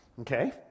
okay